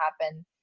happen